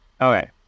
okay